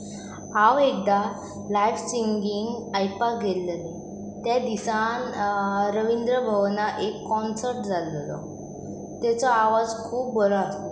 हांव एकदां live singing आयपाक गेल्लेलें त्या दिसान रविंद्र भवना एक कॉन्सर्ट जाल्लेलो तेचो आवाज खूब बरो आसलो